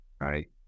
right